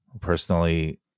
personally